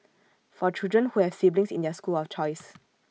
for children who have siblings in their school of choice